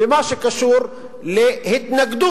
ומה שקשור להתנגדות.